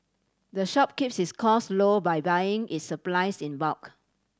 the shop keeps its costs low by buying its supplies in bulk